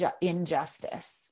injustice